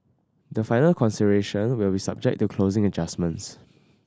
the final consideration will be subject to closing adjustments